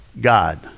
God